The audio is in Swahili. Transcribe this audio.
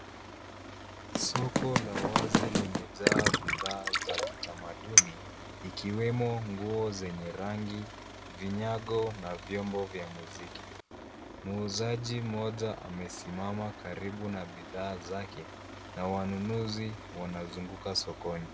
Soko la wazi limejaa bidhaa za kitamanduni ikiwemo nguo zenye rangi, vinyango na vyombo vya muziki. Muuzaji mmoja amesimama karibu na bidhaa zake na wanunuzi wanazunguka sokoni.